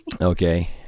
okay